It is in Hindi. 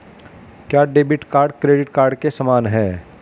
क्या डेबिट कार्ड क्रेडिट कार्ड के समान है?